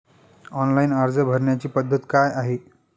Online अर्ज भरण्याची पद्धत काय आहे?